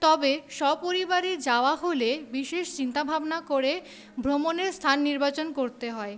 তবে সপরিবার যাওয়া হলে বিশেষ চিন্তাভাবনা করে ভ্রমণের স্থান নির্বাচন করতে হয়